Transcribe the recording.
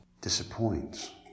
disappoints